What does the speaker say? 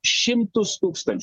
šimtus tūkstančių